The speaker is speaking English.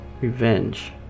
revenge